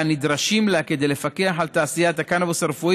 והנדרשים לה כדי לפקח על תעשיית הקנבוס הרפואי